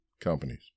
companies